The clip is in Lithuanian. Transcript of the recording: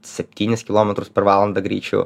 septynis kilometrus per valandą greičiu